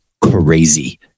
crazy